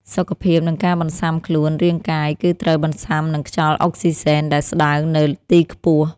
សុខភាព និងការបន្សាំខ្លួនរាងកាយគឺត្រូវបន្សាំនឹងខ្យល់អុកស៊ីហ្សែនដែលស្ដើងនៅទីខ្ពស់។